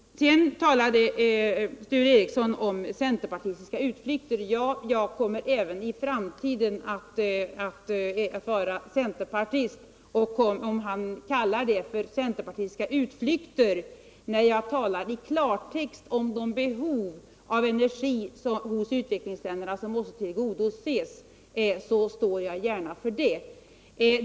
Sedan talade Sture Ericson om centerpartistiska utflykter. Ja, jag kommer även i framtiden att vara centerpartist. Om han kallar det för centerpartistiska utflykter när jag i klartext talar om de behov av energi i u-länderna som måste tillgodoses så står jag gärna för det.